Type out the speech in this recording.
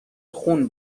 خون